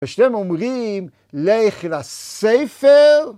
ושניהם אומרים, לך אל הספר.